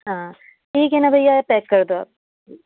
हाँ ठीक है ना भैया यह पैक कर दो आप